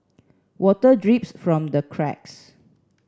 water drips from the cracks